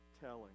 telling